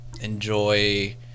enjoy